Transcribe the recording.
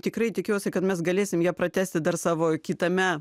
tikrai tikiuosi kad mes galėsim ją pratęsti dar savo kitame